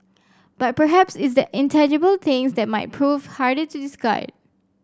but perhaps it's the intangible things that might prove harder to discard